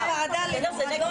בושה וחרפה.